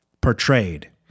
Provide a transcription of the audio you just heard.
portrayed